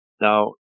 Now